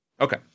Okay